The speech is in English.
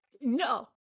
No